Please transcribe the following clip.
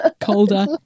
Colder